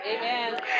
Amen